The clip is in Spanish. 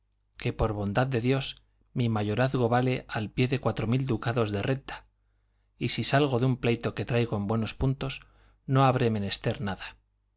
que por bondad de dios mi mayorazgo vale al pie de cuatro mil ducados de renta y si salgo con un pleito que traigo en buenos puntos no habré menester nada